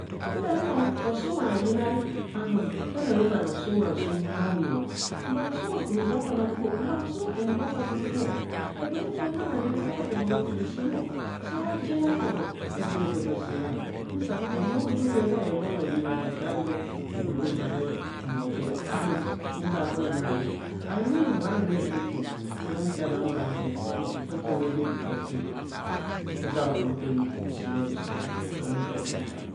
Nta no rosee. unwe hayina ne. anum kara vaa rosee unwe assuum monyio. Nvaa rosee unwa nyi gwaggwa ne odudu o. nvaa rosee unwe nyi gwagwa ne oduduo egbee ja na ni re ara remon asathere saam o. saa jera bhoro ajie da vaa saa a. nzia unoo gwera hevaẽ ayina reje radudu. ogbo doo vaa re moo jeri. anum unvavoi na ni o. and nye noo bhanu maekpeto qea nta na agba zeng nfi fonfone beem efi nzca hotom kwem ho saa bharoso.